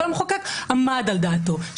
אבל המחוקק עמד על דעתו,